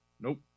Nope